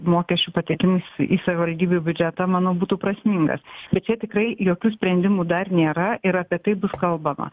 mokesčių patekimas į savivaldybių biudžetą manau būtų prasmingas bet čia tikrai jokių sprendimų dar nėra ir apie tai bus kalbama